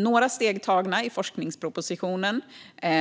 Några steg är tagna i forskningspropositionen,